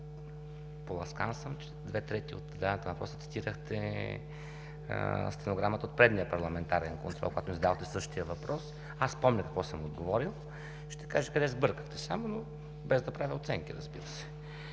цитирахте две трети от зададения въпрос от стенограмата от предния парламентарен контрол – пак ми задавате същия въпрос. Аз помня какво съм отговорил. Ще кажа къде сбъркахте само, но без да правя оценки, разбира се.